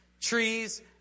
trees